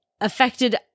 affected